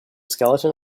skeleton